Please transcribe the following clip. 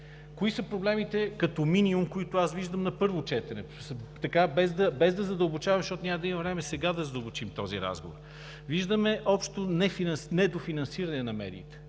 Кои са проблемите като минимум, които аз виждам на първо четене, без да задълбочаваме, защото няма да има време сега да задълбочим този разговор? Виждаме общо недофинансиране на медиите.